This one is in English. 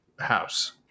house